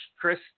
Chris